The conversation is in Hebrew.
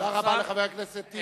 תודה רבה לחבר הכנסת טיבי.